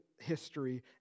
history